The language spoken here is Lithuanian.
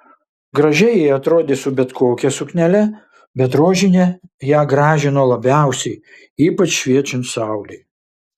gražiai ji atrodė su bet kokia suknele bet rožinė ją gražino labiausiai ypač šviečiant saulei